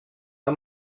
amb